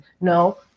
No